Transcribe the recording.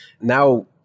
now